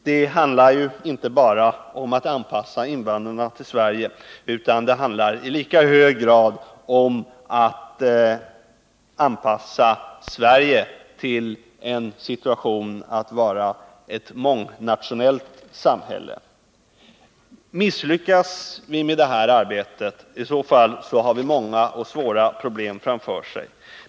Det handlar ju inte bara om att anpassa invandrarna till Sverige, utan det handlar i lika hög grad om att anpassa Sverige till denna situation — att vara ett mångnationellt samhälle. Misslyckas vi med detta arbete har vi många och svåra problem framför oss.